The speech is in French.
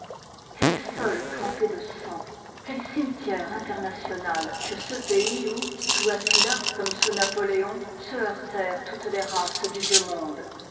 quel sol trempé de sang quel cimetière international que ce pays où sous attila comme sous napoléon se heurtèrent toutes les races du vieux monde